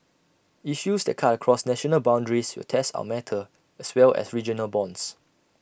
issues that cut across national boundaries will test our mettle as well as regional bonds